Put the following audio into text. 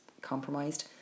compromised